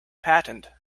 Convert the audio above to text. patent